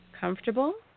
comfortable